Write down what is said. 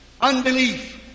Unbelief